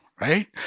right